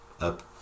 up